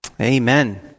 Amen